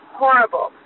horrible